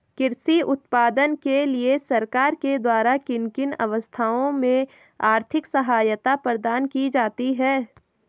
कृषि उत्पादन के लिए सरकार के द्वारा किन किन अवस्थाओं में आर्थिक सहायता प्रदान की जाती है?